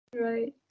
Right